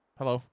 Hello